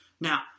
Now